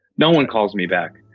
no one calls me back.